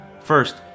First